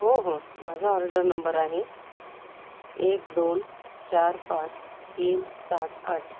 हो हो माझा ऑर्डर नंबर आहे एक दोन चार पाच तीन सात आठ